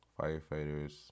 firefighters